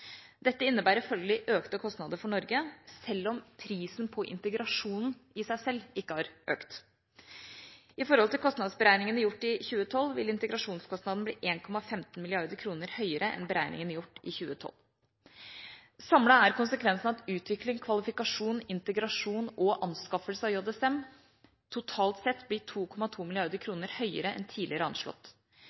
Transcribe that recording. Dette innebærer følgelig økte kostnader for Norge, selv om prisen på integrasjonen i seg selv ikke har økt. I forhold til kostnadsberegningene gjort i 2012, vil integrasjonskostnaden bli 1,15 mrd. kr høyere enn beregningene gjort i 2012. Samlet er konsekvensen at utvikling, kvalifikasjon, integrasjon og anskaffelse av JSM totalt sett blir 2,2 mrd. kr høyrere enn tidligere anslått.